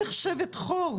גם עוול לתושבי כסייפה.